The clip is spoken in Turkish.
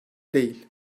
değil